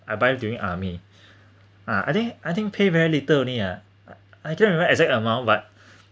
I buy during army ah I think I think pay very little only ah I didn't remember exact amount but